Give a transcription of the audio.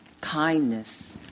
kindness